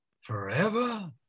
forever